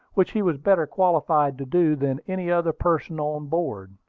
which he was better qualified to do than any other person on board.